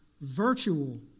virtual